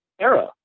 era